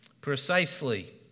Precisely